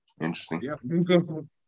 interesting